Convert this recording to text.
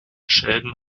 schäden